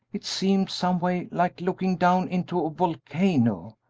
it seemed some way like looking down into a volcano!